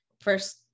first